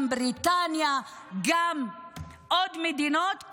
גם בריטניה וגם עוד מדינות,